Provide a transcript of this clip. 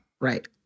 Right